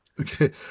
Okay